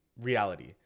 reality